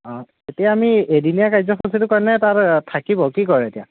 অঁ এতিয়া আমি এদিনীয়া কাৰ্য্যসূচীটোৰ কাৰণে তাত থাকিব কি কৰে এতিয়া